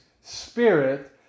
Spirit